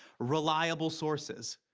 reliable sources.